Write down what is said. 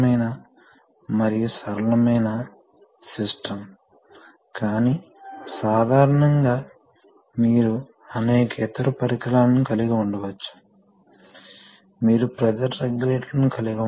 మీకు ఈ వైపు డబుల్ రాడ్ సిలిండర్ ఉంటే అప్పుడు అది A2 A1 లేదా A2 కూడా A1 కన్నా తక్కువగా ఉండవచ్చు కాబట్టి ఇది చాలా సులభమైన పరికరం